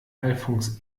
alfons